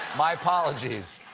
my apologies.